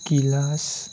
गिलास